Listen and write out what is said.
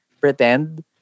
pretend